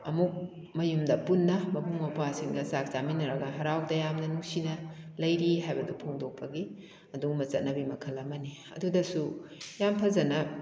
ꯑꯃꯨꯛ ꯃꯌꯨꯝꯗ ꯄꯨꯟꯅ ꯃꯕꯨꯡ ꯃꯧꯄ꯭ꯋꯥꯁꯤꯡꯒ ꯆꯥꯛ ꯆꯥꯃꯤꯟꯅꯔꯒ ꯍꯔꯥꯎ ꯇꯌꯥꯝꯅ ꯅꯨꯡꯁꯤꯅ ꯂꯩꯔꯤ ꯍꯥꯏꯕꯗꯨ ꯐꯣꯡꯗꯣꯛꯄꯒꯤ ꯑꯗꯨꯒꯨꯝꯕ ꯆꯠꯅꯕꯤ ꯃꯈꯜ ꯑꯃꯅꯤ ꯑꯗꯨꯗꯁꯨ ꯌꯥꯝ ꯐꯖꯅ